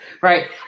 Right